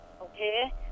okay